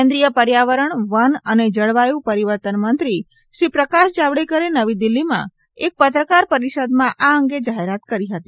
કેન્દ્રીય પર્યાવરણ વન અને જળવાયુ પરિવર્તન મંત્રી શ્રી પ્રકાશ જાવડેકરે નવી દિલ્હીમાં એક પત્રકાર પરિષદમાં આ અંગે જાહેરાત કરી હતી